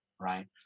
Right